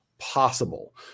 possible